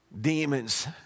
Demons